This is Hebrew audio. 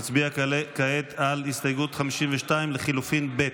נצביע כעת על הסתייגות 52 לחלופין ב'.